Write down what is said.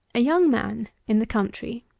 a young man, in the country,